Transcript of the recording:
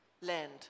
land